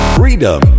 freedom